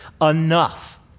enough